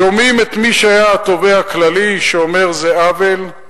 שומעים את מי שהיה התובע הכללי שאומר שזה עוול,